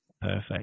Perfect